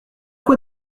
fois